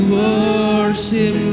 worship